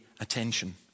attention